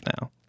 now